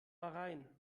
bahrain